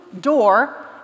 door